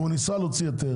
והוא ניסה להוציא היתר